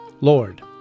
Lord